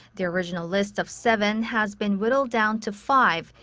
the original list of seven has been whittled down to five,